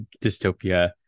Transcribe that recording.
dystopia